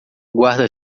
guarda